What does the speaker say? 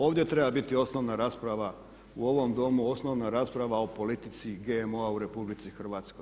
Ovdje treba biti osnovna rasprava, u ovom Domu, osnovna rasprava o politici GMO-a u RH.